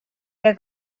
que